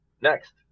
Next